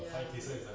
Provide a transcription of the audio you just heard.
ya